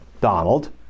Donald